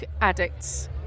addicts